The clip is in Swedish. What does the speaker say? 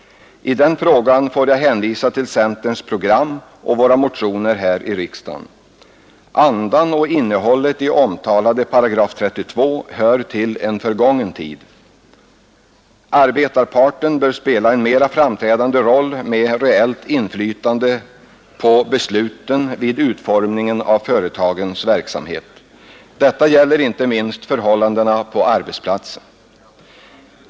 I den frågan vill jag hänvisa till centerns program och våra motioner här i riksdagen. Andan och innehållet i den omtalade § 32 hör till en förgången tid. Arbetarparten bör spela en mera framträdande roll med reellt inflytande på besluten vid utformningen av företagens verksamhet. Detta gäller inte minst förhållandena på arbetsplatsen.